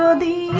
ah the